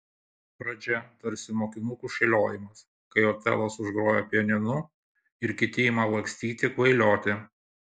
pradžia tarsi mokinukų šėliojimas kai otelas užgroja pianinu ir kiti ima lakstyti kvailioti